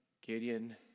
Gideon